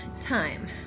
time